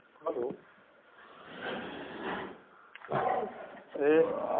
hello A